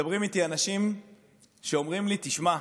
מדברים איתי אנשים ואומרים לי: תשמע,